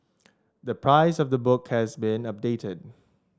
the price of the book has been updated